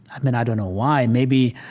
i mean, i don't know why. maybe,